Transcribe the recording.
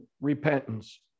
repentance